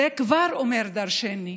זה כבר אומר דורשני.